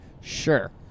Sure